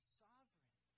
sovereign